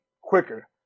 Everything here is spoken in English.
quicker